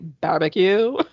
barbecue